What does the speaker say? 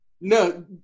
No